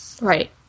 Right